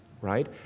right